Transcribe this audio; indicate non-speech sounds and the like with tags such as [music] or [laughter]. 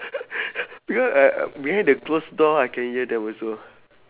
[laughs] because I I behind the close door I can hear them also